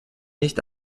nicht